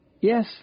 Yes